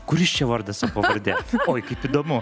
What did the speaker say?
kuris čia vardas ir pavardė oi kaip įdomu